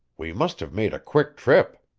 we must have made a quick trip.